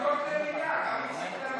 יש להם שמיעה